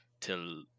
till